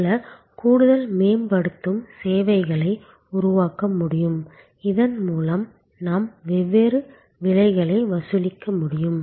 சில கூடுதல் மேம்படுத்தும் சேவைகளை உருவாக்க முடியும் இதன் மூலம் நாம் வெவ்வேறு விலைகளை வசூலிக்க முடியும்